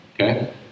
okay